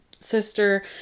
sister